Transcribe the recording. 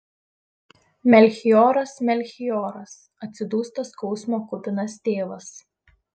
melchioras melchioras atsidūsta skausmo kupinas tėvas